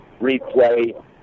replay